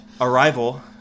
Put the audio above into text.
Arrival